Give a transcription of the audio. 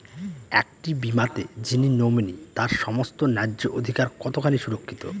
একটি বীমাতে যিনি নমিনি তার সমস্ত ন্যায্য অধিকার কতখানি সুরক্ষিত?